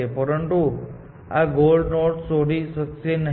પરંતુ તે આ ગોલ નોડ શોધી શકશે નહીં